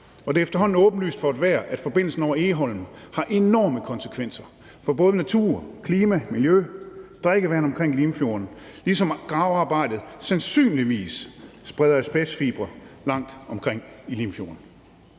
det er efterhånden åbenlyst for enhver, at forbindelsen over Egholm har enorme konsekvenser for både naturen, klimaet, miljøet og drikkevandet omkring Limfjorden, ligesom gravearbejdet sandsynligvis spreder asbestfibre langt omkring i Limfjorden,